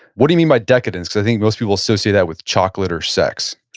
what do you mean by decadence? cause i think most people associate that with chocolate or sex?